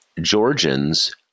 Georgians